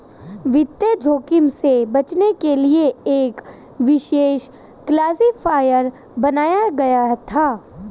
वित्तीय जोखिम से बचने के लिए एक विशेष क्लासिफ़ायर बनाया गया था